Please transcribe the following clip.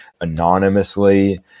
anonymously